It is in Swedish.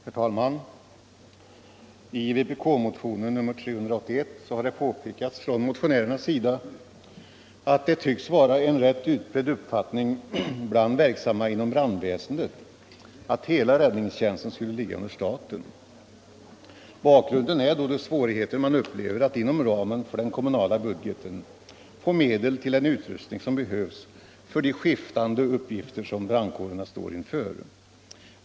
Herr talman! I vpk-motionen 381 har vi påpekat att det tycks vara en rätt utbredd uppfattning bland verksamma inom brandväsendet att hela räddningstjänsten skulle ligga under staten. Bakgrunden är givetvis de svårigheter man upplever att inom ramen för den kommunala budgeten få medel till den utrustning som behövs för de skiftande uppgifter som brandkårerna står inför.